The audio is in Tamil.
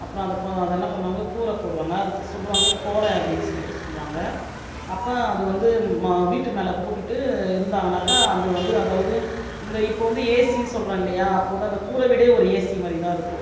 அப்புறம் அதை ப அதை என்ன பண்ணுவாங்கள் கூரைப்போடுவாங்க அதுக்கு சொல்லுவாங்கள் கோரை அப்படின்னு சொல்லிகிட்டு சொல்லுவாங்கள் அப்போ அது வந்து ம வீட்டு மேலே போட்டுகிட்டு இருந்தாங்கனாக்கா அது வந்து அதாவது இந்த இப்போ வந்து ஏசின்னு சொல்கிறோம் இல்லையா அப்போ வந்து அந்த கூரை வீடே ஒரு ஏசி மாதிரி தான் இருக்கும்